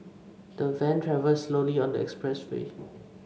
the van travelled slowly on the expressway